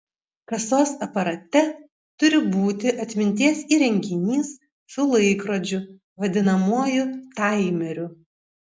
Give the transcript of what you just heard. kasos aparate turi būti atminties įrenginys su laikrodžiu vadinamuoju taimeriu